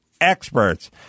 experts